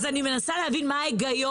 אני מנסה להבין מה ההיגיון,